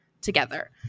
together